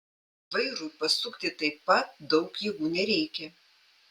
vairui pasukti taip pat daug jėgų nereikia